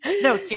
No